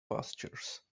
pastures